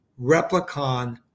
replicon